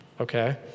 Okay